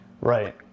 Right